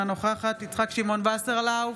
אינה נוכחת יצחק שמעון וסרלאוף,